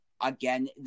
Again